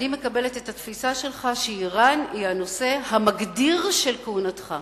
אני מקבלת את התפיסה שלך שאירן היא הנושא המגדיר של כהונתך.